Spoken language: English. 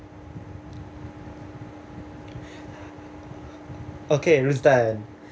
okay done